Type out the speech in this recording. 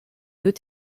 deux